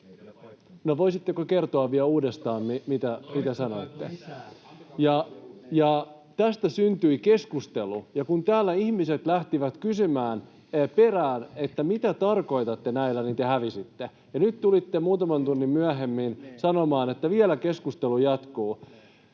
sanoitte? [Vilhelm Junnila: Toistetaanko lisää?] Tästä syntyi keskustelu, ja kun täällä ihmiset lähtivät kysymään perään, mitä tarkoitatte näillä, niin te hävisitte. Nyt tulitte muutaman tunnin myöhemmin sanomaan, että vielä keskustelu jatkuu.